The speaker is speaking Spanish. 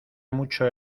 mucho